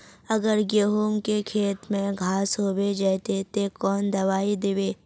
अगर गहुम के खेत में घांस होबे जयते ते कौन दबाई दबे?